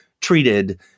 treated